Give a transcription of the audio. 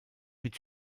mit